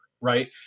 right